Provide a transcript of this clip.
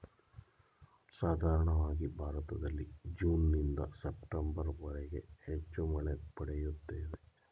ಸಾಧಾರಣವಾಗಿ ಭಾರತದಲ್ಲಿ ಜೂನ್ನಿಂದ ಸೆಪ್ಟೆಂಬರ್ವರೆಗೆ ಹೆಚ್ಚು ಮಳೆ ಪಡೆಯುತ್ತೇವೆ